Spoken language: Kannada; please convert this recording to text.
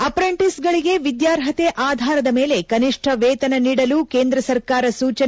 ಅಪ್ರೆಂಟೀಸ್ಗಳಿಗೆ ವಿದ್ನಾರ್ಹತೆ ಆಧಾರದ ಮೇಲೆ ಕನಿಷ್ಷ ವೇತನ ನೀಡಲು ಕೇಂದ್ರ ಸರಕಾರ ಸೂಚನೆ